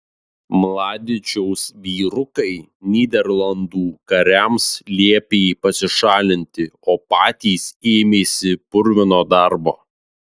mladičiaus vyrukai nyderlandų kariams liepė pasišalinti o patys ėmėsi purvino darbo